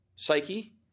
psyche